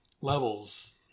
levels